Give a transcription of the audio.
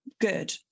good